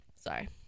Sorry